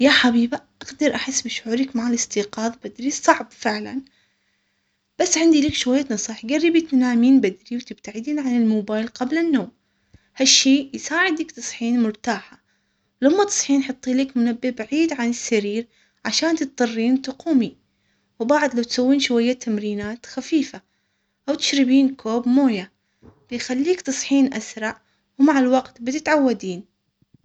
يا حبيبة بفضل احس بشعرك مع الاستيقاظ تدريس صعب فعلا. بس عندي لك شوية نصائح قربي تنامين بدري وتبتعدين عن الموبايل قبل النوم. هالشي يساعدك تصحيني مرتاحة. لما تصحين حطي لك منبه بعيد عن السرير. عشان تضطرين تقومي. وبعد شوية تمرينات خفيفة. او تشربين كوب موية. يخليك تصحين اسرع. ومع الوقت بتتعودين يا حبيبة أقدر احس بشعورك مع الاستيقاظ تدريس صعب فعلا. بس عندي لك شوية نصائح جربي تنامين بدري وتبتعدين عن الموبايل قبل النوم. هالشي يساعدك تصحين مرتاحة. لما تصحين حطي لك منبه بعيد عن السرير. عشان تضطرين تقومي. وبعد لو تسوين شوية تمرينات خفيفة او تشربين كوب موية يخليك تصحين اسرع. ومع الوقت بتتعودين.